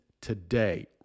today